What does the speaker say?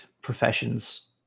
professions